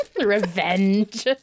Revenge